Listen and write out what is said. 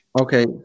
Okay